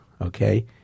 okay